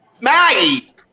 Maggie